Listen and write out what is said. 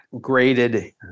graded